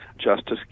Justice